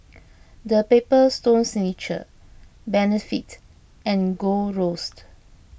the Paper Stone Signature Benefit and Gold Roast